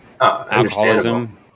alcoholism